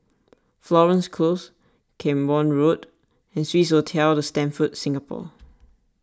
Florence Close Camborne Road and Swissotel the Stamford Singapore